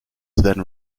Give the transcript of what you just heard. then